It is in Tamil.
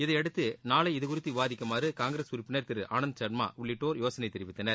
இதனையடுத்து நாளை இது குறித்து விவாதிக்குமாறு காங்கிரஸ் உறுப்பினர் திரு ஆனந்த் சர்மா உள்ளிட்டோர் யோசனை தெரிவித்தனர்